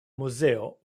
muzeo